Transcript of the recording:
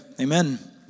Amen